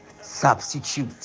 substitute